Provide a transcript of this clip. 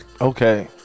Okay